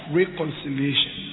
reconciliation